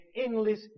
endless